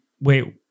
Wait